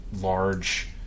large